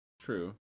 True